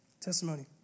Testimony